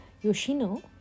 Yoshino